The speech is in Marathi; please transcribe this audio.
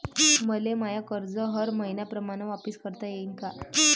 मले माय कर्ज हर मईन्याप्रमाणं वापिस करता येईन का?